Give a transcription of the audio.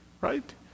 right